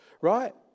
right